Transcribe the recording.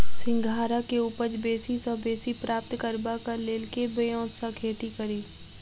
सिंघाड़ा केँ उपज बेसी सऽ बेसी प्राप्त करबाक लेल केँ ब्योंत सऽ खेती कड़ी?